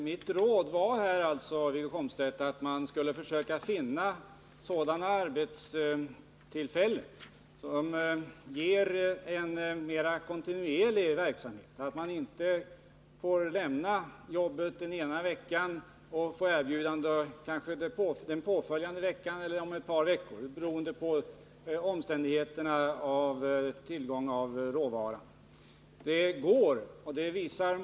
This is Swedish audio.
Herr talman! Mitt råd var, Wiggo Komstedt, att man kan försöka finna arbetstillfällen som ger en mera kontinuerlig verksamhet, så att arbetskraften inte måste lämna jobbet den ena veckan och kanske få erbjudande om nytt jobb någon vecka senare; detta då beroende på tillgången på råvara.